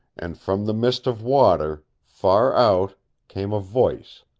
and from the mist of water far out came a voice,